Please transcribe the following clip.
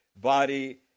body